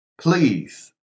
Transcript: please